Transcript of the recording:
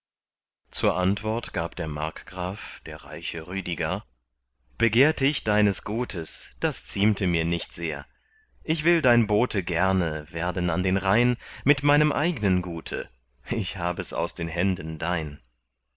zur antwort gab der markgraf der reiche rüdiger begehrt ich deines gutes das ziemte mir nicht sehr ich will dein bote gerne werden an den rhein mit meinem eignen gute ich hab es aus den händen dein